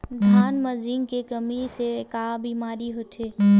धान म जिंक के कमी से का बीमारी होथे?